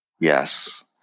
Yes